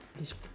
des~